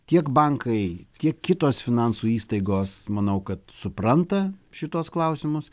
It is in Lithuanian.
tiek bankai tiek kitos finansų įstaigos manau kad supranta šituos klausimus